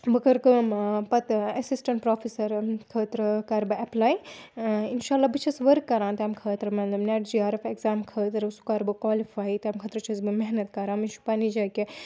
بہٕ کٔر کٲم پَتہٕ اٮ۪سِسٹَنٛٹ پرٛوفٮ۪سَرَن خٲطرٕ کَرٕ بہٕ اٮ۪پلَے اِنشاء اللہ بہٕ چھَس ؤرٕک کَران تَمہِ خٲطرٕ مطلب NET J R F exam خٲطرٕ سُہ کَرٕ بہٕ کالِفاے تَمہِ خٲطرٕ چھَس بہٕ محنت کَران مےٚ چھُ پنٛنہِ جایہِ کہِ